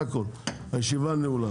הישיבה נעולה.